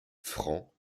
francs